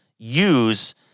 use